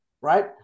Right